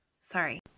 Sorry